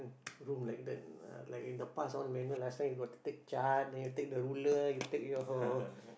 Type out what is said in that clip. rule like that like in the past all manual last time you got to take chart then you take the ruler you take your